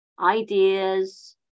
ideas